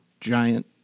giant